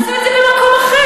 אז תעשו את זה במקום אחר,